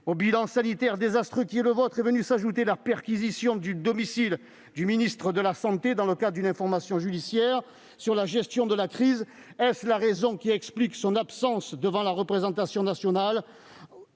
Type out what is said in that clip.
Au bilan sanitaire désastreux qui est le vôtre est venue s'ajouter la perquisition du domicile du ministre de la santé dans le cadre d'une information judiciaire sur la gestion de la crise. Est-ce la raison qui explique son absence devant la représentation nationale,